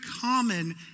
common